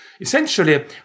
Essentially